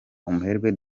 umuherwe